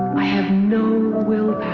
i have no willpower.